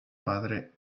padre